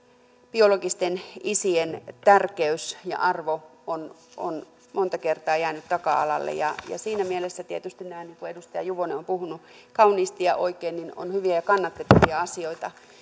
biologisten isien tärkeys ja arvo on on monta kertaa jäänyt taka alalle siinä mielessä tietysti nämä niin kuin edustaja juvonen on puhunut kauniisti ja oikein ovat hyviä ja kannatettavia asioita